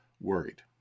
worried